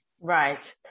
Right